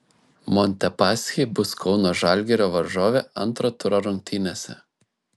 montepaschi bus kauno žalgirio varžovė antro turo rungtynėse